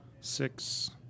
six